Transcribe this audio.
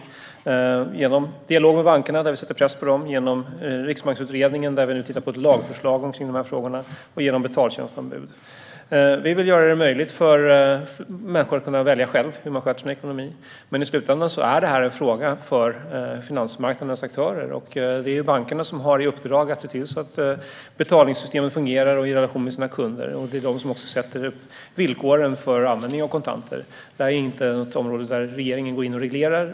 Det gör vi genom dialog med bankerna, där vi sätter press på dem, genom Riksbanksutredningen, där vi nu tittar på ett lagförslag om dessa frågor, och genom betaltjänstombud. Vi vill göra det möjligt för människor att själva välja hur de sköter sin ekonomi, men i slutändan är detta en fråga för finansmarknadernas aktörer. Det är bankerna som har i uppdrag att se till att betalningssystemet fungerar i relation till kunderna, och det är de som sätter villkoren för användningen av kontanter. Detta är inte ett område där regeringen går in och reglerar.